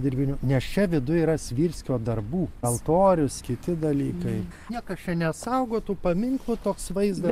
dirbinių nes čia viduj yra svirskio darbų altorius kiti dalykai niekas čia nesaugo tų paminklų toks vaizdas